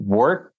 work